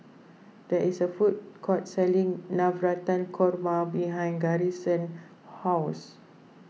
there is a food court selling Navratan Korma behind Garrison's house